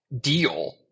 deal